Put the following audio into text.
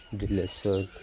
Dineshwar